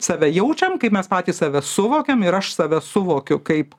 save jaučiam kaip mes patys save suvokiam ir aš save suvokiu kaip